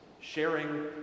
Sharing